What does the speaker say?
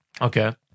Okay